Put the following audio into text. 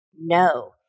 no